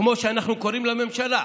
כמו שאנחנו קוראים לממשלה.